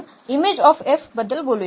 तर प्रथम आपण बद्दल बोलूया